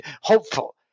hopeful